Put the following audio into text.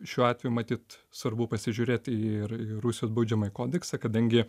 šiuo atveju matyt svarbu pasižiūrėt ir į rusijos baudžiamąjį kodeksą kadangi